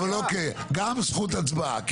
גם זכות הצבעה.